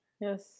yes